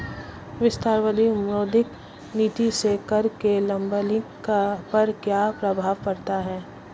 विस्तारवादी मौद्रिक नीति से कर के लेबलिंग पर क्या प्रभाव पड़ता है?